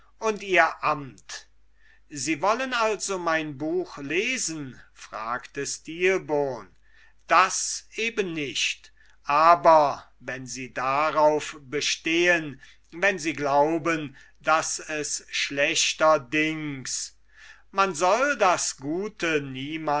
und ihr amt sie wollen also mein buch lesen fragte stilbon das eben nicht aber wenn sie darauf bestehen wenn sie glauben daß es schlechterdings man soll das gute